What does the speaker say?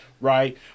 Right